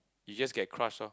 you just get crushed lor